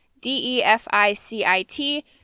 D-E-F-I-C-I-T